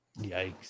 Yikes